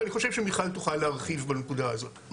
ואני חושב שמיכל תוכל להרחיב בנקודה הזאת,